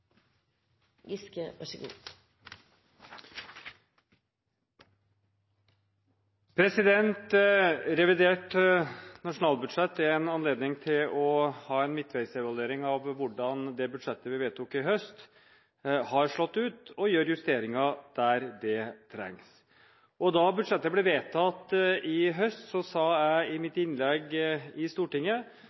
en anledning til å ha en midtveisevaluering av hvordan det budsjettet vi vedtok sist høst, har slått ut, og gjøre justeringer der det trengs. Da budsjettet ble vedtatt sist høst, sa jeg i mitt innlegg i Stortinget